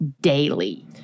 daily